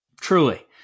Truly